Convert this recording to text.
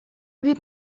wie